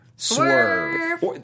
swerve